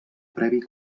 previ